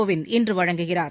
கோவிந்த் இன்று வழங்குகிறார்